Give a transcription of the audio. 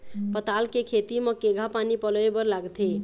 पताल के खेती म केघा पानी पलोए बर लागथे?